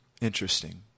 Interesting